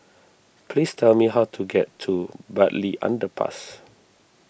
please tell me how to get to Bartley Underpass